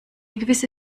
gewisse